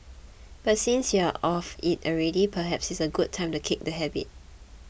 but since you are off it already perhaps it's a good time to kick the habit